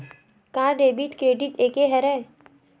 का debit credit एके हरय?